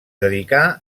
dedicà